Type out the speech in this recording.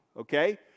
okay